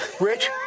Rich